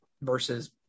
versus